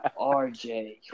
RJ